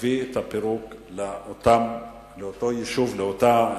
להביא את הפירוק לאותו יישוב, לאותה עיר,